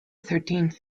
thirteenth